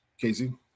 Casey